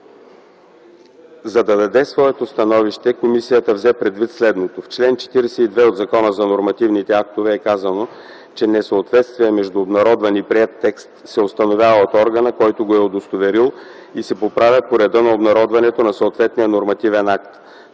За да даде своето становище, комисията взе предвид и следното: В чл. 42 от Закона за нормативните актове е казано, че несъответствие между обнародван и приет текст се установява от органа, който го е удостоверил, и се поправя по реда на обнародването на съответния нормативен акт.